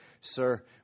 Sir